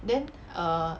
then err